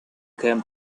came